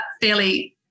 fairly